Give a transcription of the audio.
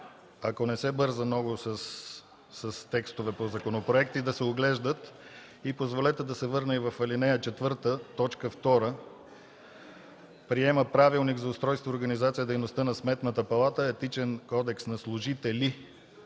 ако не се бърза много с текстове по законопроекти, да се оглеждат. Позволете да се върна и на ал. 4, т. 2: „приема правилник за устройството и организацията на дейността на Сметната палата, Етичен кодекс на служители